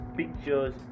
pictures